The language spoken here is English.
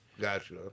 gotcha